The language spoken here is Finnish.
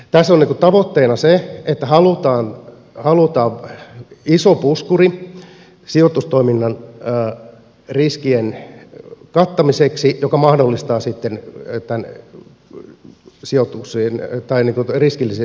tässä on tavoitteena se että halutaan iso puskuri sijoitustoiminnan riskien kattamiseksi mikä mahdollistaa siten että ne on sijoitukseen sitten tämän riskillisen sijoitustoiminnan